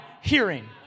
hearing